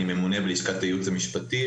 אני ממונה בלשכת הייעוץ המשפטי,